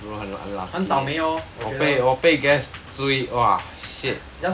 很倒霉哦我觉得 just 跑啊